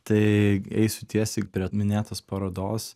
tai eisiu tiesiai prie minėtos parodos